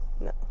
no